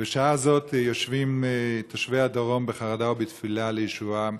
בשעה זאת יושבים תושבי הדרום בחרדה ותפילה לישועתם,